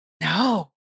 No